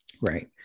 right